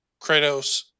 Kratos